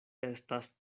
estas